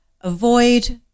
Avoid